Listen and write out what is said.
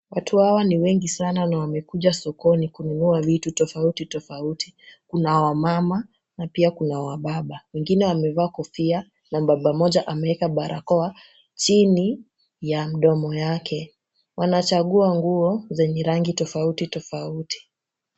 Watu hawa ni wengi sana na wamekuja sokoni kununua vitu tofauti tofauti. Kuna wamama na pia kuna wababa. Wengine wamevaa kofia, na baba mmoja ameeka barakoa chini ya mdomo yake. Wanachagua nguo zenye rangi tofauti tofauti.